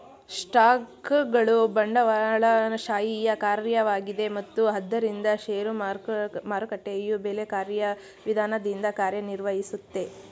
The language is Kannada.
ಸ್ಟಾಕ್ಗಳು ಬಂಡವಾಳಶಾಹಿಯ ಕಾರ್ಯವಾಗಿದೆ ಮತ್ತು ಆದ್ದರಿಂದ ಷೇರು ಮಾರುಕಟ್ಟೆಯು ಬೆಲೆ ಕಾರ್ಯವಿಧಾನದಿಂದ ಕಾರ್ಯನಿರ್ವಹಿಸುತ್ತೆ